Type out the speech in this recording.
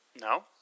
No